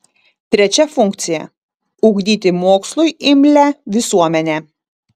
trečia funkcija ugdyti mokslui imlią visuomenę